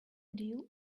deal